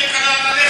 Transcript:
לך לישון.